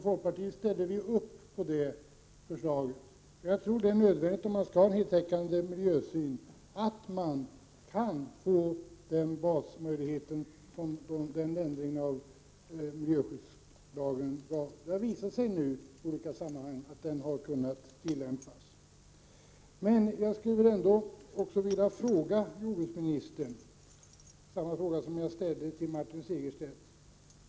Folkpartiet ställde sig bakom förslaget. Om man skall ha en heltäckande miljösyn är det nog nödvändigt att få den ändringen av miljöskyddslagen som detta skulle innebära. Det har i olika sammanhang visat sig att den har kunnat tillämpas. Jag skulle också vilja till jordbruksministern ställa samma fråga som jag ställde till Martin Segerstedt.